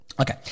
Okay